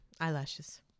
Eyelashes